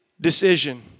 decision